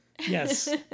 Yes